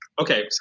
Okay